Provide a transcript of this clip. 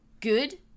Good